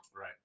Right